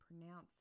pronounce